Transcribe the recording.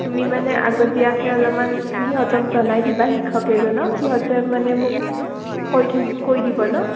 তুমি মানে আগতীয়াকৈ অলপমান সিহঁতক জনাই দিবা শিক্ষক এজনক সিহঁতে মানে মোক কৈ থাকি কৈ দিব নহ্